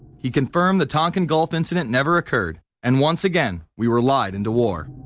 he confirmed. the tonkin gulf incident never occurred, and once again, we were lied into war.